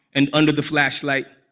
and under the flashlight,